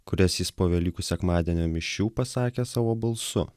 kurias jis po velykų sekmadienio mišių pasakė savo balsu